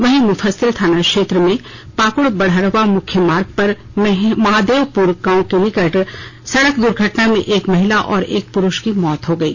वही मुफसिल थाना क्षेत्र में पाकुड़ बड़हरवा मुख्य सड़क पर महादेवपुर गांव के निकट सड़क दुर्घटना में एक महिला और एक पुरूष की मौत हो गयी